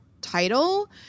title